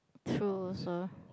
true also